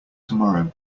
tomorrow